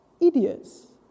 idiots